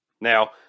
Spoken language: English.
Now